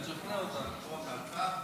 זה לא נעים שאתה ככה עושה גב.